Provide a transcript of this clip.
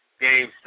game